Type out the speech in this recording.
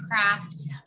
craft